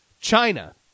China